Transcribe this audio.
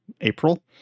April